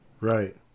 Right